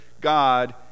God